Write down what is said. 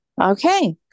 Okay